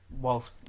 whilst